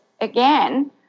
again